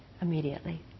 immediately